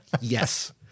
yes